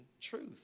truth